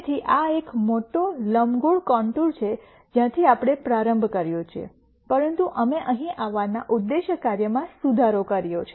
તેથી આ એક મોટો લંબગોળ કોંન્ટુર છે જ્યાંથી આપણે પ્રારંભ કર્યો છે પરંતુ અમે અહીં આવવાના ઉદ્દેશ્ય કાર્યમાં સુધારો કર્યો છે